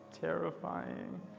terrifying